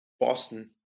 Boston